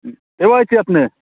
के बजैत छी अपने